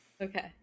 okay